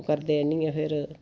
करदे आह्नियै फिर